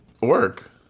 Work